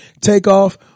Takeoff